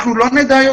אנחנו לא נדע יותר.